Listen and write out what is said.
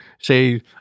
say